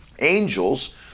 Angels